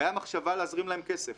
הייתה מחשבה להזרים להם כסף,